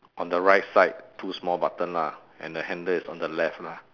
on the right side two small button lah and the handle is on the left lah